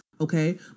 Okay